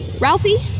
Ralphie